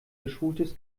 geschultes